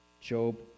job